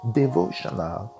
devotional